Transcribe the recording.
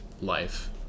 life